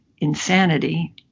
insanity